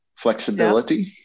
Flexibility